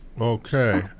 Okay